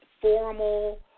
formal